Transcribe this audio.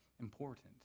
important